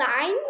sign